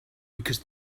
because